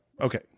okay